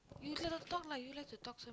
you talk lah you like to talk so